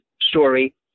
story